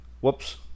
whoops